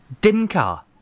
dinka